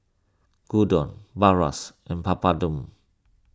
Gyudon Bratwurst and Papadum